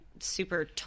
super